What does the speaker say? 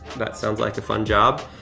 that sounds like a fun job.